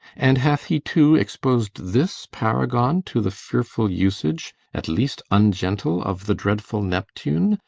and hath he too expos'd this paragon to the fearful usage at least ungentle of the dreadful neptune,